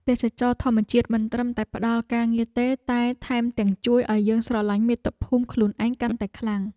ទេសចរណ៍ធម្មជាតិមិនត្រឹមតែផ្តល់ការងារទេតែថែមទាំងជួយឱ្យយើងស្រឡាញ់មាតុភូមិខ្លួនឯងកាន់តែខ្លាំង។